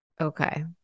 Okay